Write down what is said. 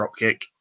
dropkick